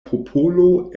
popolo